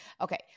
Okay